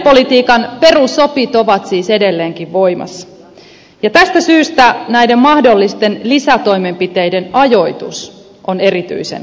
suhdannepolitiikan perusopit ovat siis edelleenkin voimassa ja tästä syystä näiden mahdollisten lisätoimenpiteiden ajoitus on erityisen tärkeä